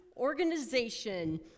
organization